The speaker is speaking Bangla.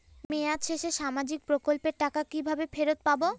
মেয়াদ শেষে সামাজিক প্রকল্পের টাকা কিভাবে ফেরত পাবো?